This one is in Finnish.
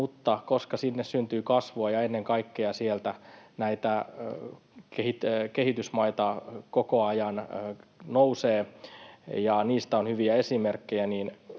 mutta koska sinne syntyy kasvua ja ennen kaikkea sieltä näitä kehitysmaita koko ajan nousee ja niistä on hyviä esimerkkejä,